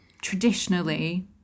traditionally